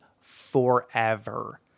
forever